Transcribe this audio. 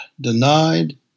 denied